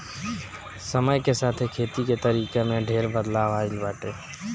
समय के साथे खेती के तरीका में ढेर बदलाव आइल बाटे